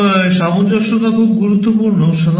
এবং সামঞ্জস্যতা খুব গুরুত্বপূর্ণ